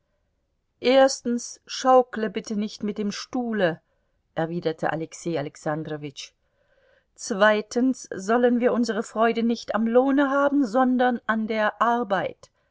erstens schaukle bitte nicht mit dem stuhle erwiderte alexei alexandrowitsch zweitens sollen wir unsere freude nicht am lohne haben sondern an der arbeit